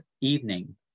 evening